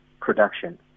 production